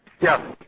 Yes